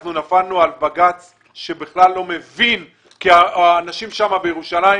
אנחנו נפלנו על בג"ץ שבכלל לא מבין כי האנשים שם בירושלים,